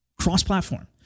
cross-platform